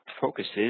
focuses